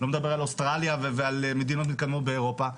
אני לא מדבר על אוסטרליה ועל מדינות מתקדמות באירופה.